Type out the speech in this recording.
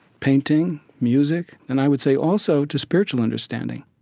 painting, music, and i would say also to spiritual understanding